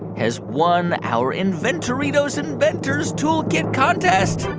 has won our inventoritos inventor's tool kit contest